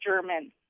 German